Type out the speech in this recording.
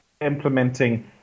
implementing